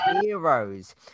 heroes